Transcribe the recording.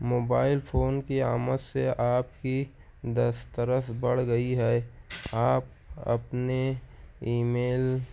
mobile phone کی آمد سے آپ کی دسترس بڑھ گئی ہے آپ اپنے ایمیل